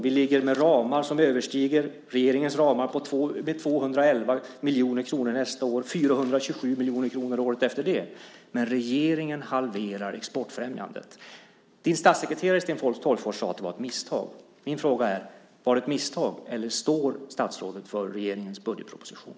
Vi ligger med ramar som överstiger regeringens ramar med 211 miljoner kronor nästa år och 427 miljoner kronor året efter det. Men regeringen halverar exportfrämjandet. Sten Tolgfors statssekreterare sade att det var ett misstag. Min fråga är: Var det ett misstag, eller står statsrådet för regeringens budgetproposition?